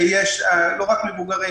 ולא רק מבוגרים,